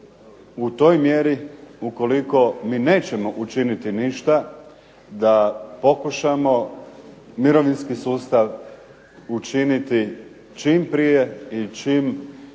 u toj mjeri ukoliko mi nećemo učiniti ništa da pokušamo mirovinski sustav učiniti čim prije i čim